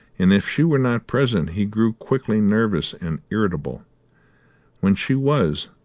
and if she were not present he grew quickly nervous and irritable when she was,